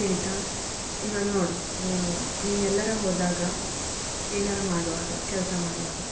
ತಿಳೀತಾ ಈವಾಗ ನೋಡು ನೀನು ಎಲ್ಲಾರ ಹೋದಾಗ ಏನಾರ ಮಾಡುವಾಗ ಕೆಲಸ ಮಾಡುವಾಗ